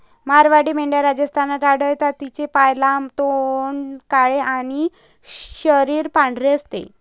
मारवाडी मेंढ्या राजस्थानात आढळतात, तिचे पाय लांब, तोंड काळे आणि शरीर पांढरे असते